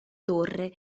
torre